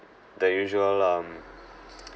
the usual lah mm